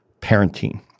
parenting